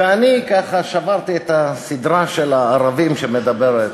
ואני ככה שברתי את הסדרה של הערבים שמדברת